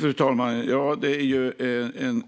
Fru talman! Det är